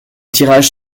tirages